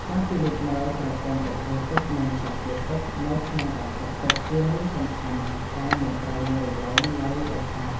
ការពិនិត្យមើលប្រព័ន្ធបង្ហូរទឹកនិងសម្ពាធទឹកនៅក្នុងបន្ទប់ទឹកជារឿងសំខាន់ដែលមិនត្រូវមើលរំលងឡើយដាច់ខាត។